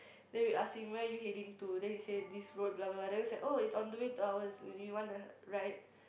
then we ask him where are you heading to then he say this road blah blah blah then we was like oh it's on the way to ours would you want a ride